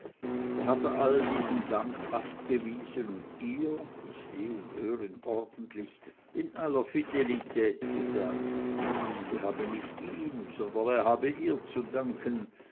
da hat er all diesen dank abgewiesen und ihr ich seh und hör ihn ordentlich in aller fidelität gesagt sie habe nicht ihm sondern er habe ihr zu danken